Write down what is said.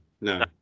No